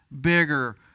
bigger